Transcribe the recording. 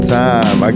time